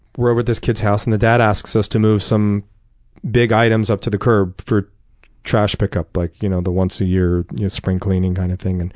over this kid's house, and the dad asked us to move some big items up to the curb for trash pickup, like you know the once a year spring cleaning kind of thing. and